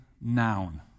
noun